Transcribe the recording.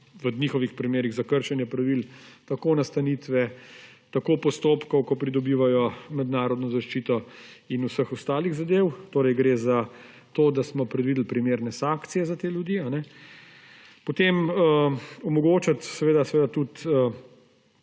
v njihovih primerih za kršenje pravil tako nastanitve, tako postopkov, ko pridobivajo mednarodno zaščito in vseh ostalih zadev. Torej gre za to, da smo predvideli primerne sankcije za te ljudi. Potem omogočati tudi